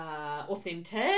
authentic